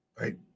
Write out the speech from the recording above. Right